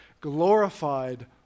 glorified